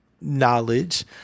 knowledge